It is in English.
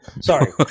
Sorry